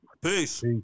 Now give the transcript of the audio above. Peace